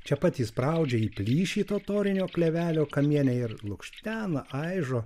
čia pat įspraudžia į plyšį totorinio klevelio kamiene ir lukštena aižo